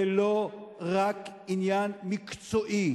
זה לא רק עניין מקצועי,